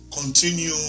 continue